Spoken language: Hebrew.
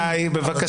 די, בבקשה.